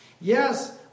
Yes